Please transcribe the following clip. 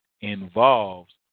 involves